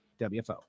WFO